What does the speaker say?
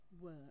work